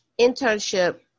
internship